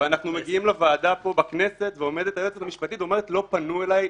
ואנחנו מגיעים לוועדה פה בכנסת ואומרת היועצת המשפטית: לא פנו אלי,